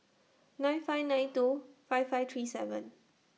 nine five nine two five five three seven